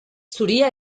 zuria